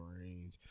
range